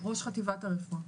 ראש חטיבת הרפואה.